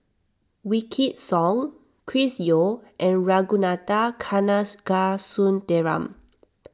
Wykidd Song Chris Yeo and Ragunathar Kanagasuntheram